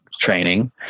training